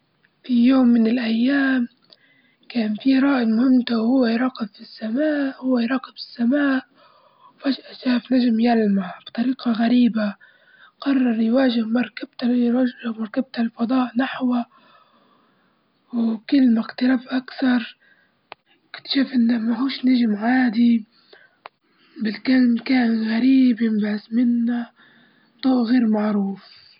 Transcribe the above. في يوم من الأيام، كان في رائد مهمته وهو يراقب في السماء وهو يراقب السماء وفجأة شاف نجم يلمع بطريقة غريبة قرر يواجه مركبته ويرجع مركبته الفضاء نحوه وكلما اقترب أكثر اكتشف إن مهوش نجم عادي بل كان كائن غريب ينبعث منه ضو غير معروف.